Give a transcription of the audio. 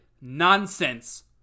nonsense